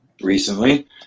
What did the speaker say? recently